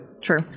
True